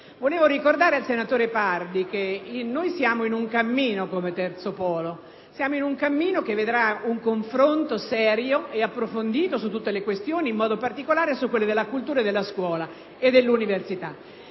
Vorrei ricordare al senatore Pardi che siamo in un cammino, come terzo polo, che vedraun confronto serio ed approfondito su tutte le questioni, in modo particolare su quello della cultura, della scuola e dell’universita.